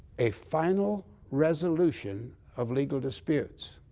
a final resolution of legal disputes.